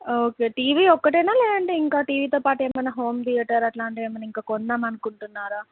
okay TV ఒక్కటేనా లేదంటే ఇంకా టీవీతో పాటు ఏమైనా హోమ్ థియేటర్ అట్లాంటివి ఏమైనా ఇంకా కొందామనుకుంటున్నారా